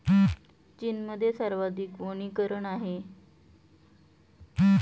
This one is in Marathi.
चीनमध्ये सर्वाधिक वनीकरण आहे